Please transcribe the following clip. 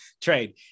trade